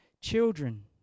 Children